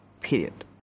period